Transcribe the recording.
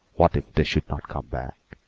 what if they should not come back,